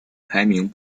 排名